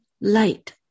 light